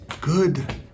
good